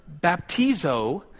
baptizo